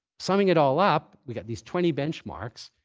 summing it all up, we've got these twenty benchmarks.